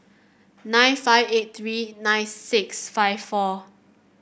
nine five eight three nine six five four